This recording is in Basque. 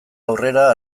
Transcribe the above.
aurrera